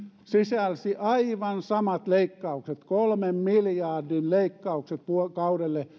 sisälsi aivan samat leikkaukset kolmen miljardin leikkaukset kaudelle